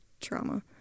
trauma